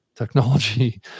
technology